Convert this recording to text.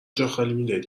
جاخالی